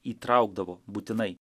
įtraukdavo būtinai